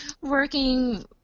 working –